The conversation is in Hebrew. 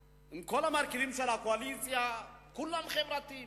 עם כל המרכיבים של הקואליציה, כולם חברתיים.